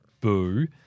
Boo